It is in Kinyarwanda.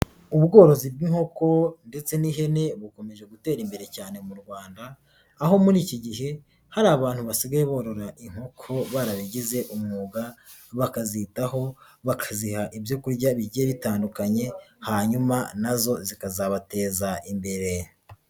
Ubworozi bw'inkoko ndetse n'ihene bukomeje gutera imbere cyane mu Rwanda, aho muri iki gihe hari abantu basigaye borora inkoko barabigize umwuga, bakazitaho, bakaziha ibyo kurya bigiye bitandukanye, hanyuma nazo zikazabateza imbere.